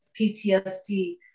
PTSD